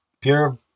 pure